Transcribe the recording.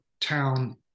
town